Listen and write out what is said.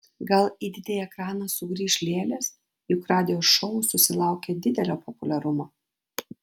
gal į didįjį ekraną sugrįš lėlės juk radio šou susilaukė didelio populiarumo